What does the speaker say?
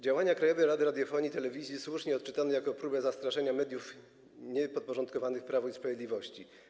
Działania Krajowej Rady Radiofonii i Telewizji słusznie odczytano jako próbę zastraszenia mediów niepodporządkowanych Prawu i Sprawiedliwości.